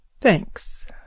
thanks